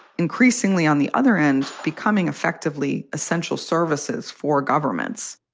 increasingly on the other end, becoming effectively essential services for governments,